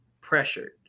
pressured